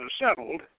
settled